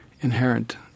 inherent